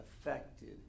affected